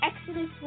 Exodus